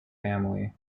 family